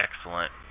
excellent